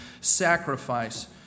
sacrifice